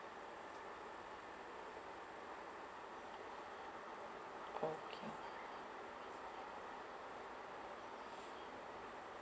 okay